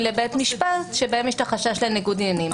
לבית משפט שבהם יש חשש לניגוד עניינים.